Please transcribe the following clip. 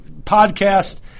podcast